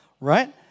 right